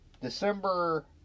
December